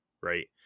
right